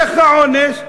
איך העונש?